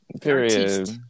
Period